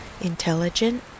intelligent